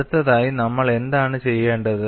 അടുത്തതായി നമ്മൾ എന്താണ് ചെയ്യേണ്ടത്